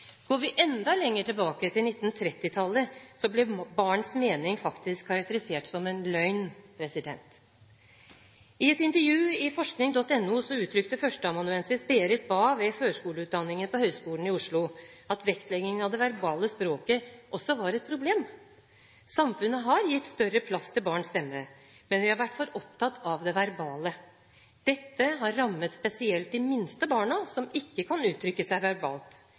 Går vi enda lenger tilbake, til 1930-tallet, ble barns mening faktisk karakterisert som en løgn. I et intervju i forskning.no uttrykte førsteamanuensis Berit Bae ved førskoleutdanningen på Høgskolen i Oslo at vektleggingen av det verbale språket også var et problem. Samfunnet har gitt større plass til barns stemme, men vi har vært for opptatt av det verbale. Dette har rammet ikke bare spesielt de minste barna som ikke kan uttrykke seg verbalt,